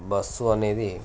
bus అనేది